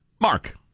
Mark